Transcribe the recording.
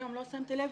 היום לא שמתי לב,